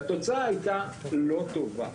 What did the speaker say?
והתוצאה הייתה לא טובה.